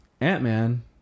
ant-man